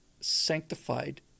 sanctified